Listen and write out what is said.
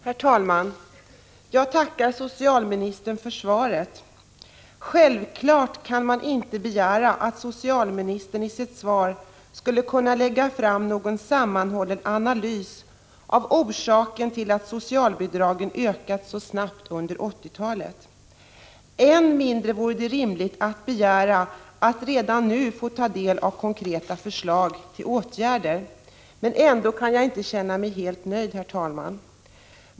Herr talman! Jag tackar socialministern för svaret. Självfallet kan man inte begära att socialministern i sitt svar skall kunna lägga fram någon sammanhållen analys av orsakerna till att socialbidragen ökat så snabbt under 1980-talet. Än mindre vore det rimligt att begära att man redan nu skulle få ta del av konkreta förslag till åtgärder. Jag kan emellertid ändå inte känna mig helt nöjd med svaret.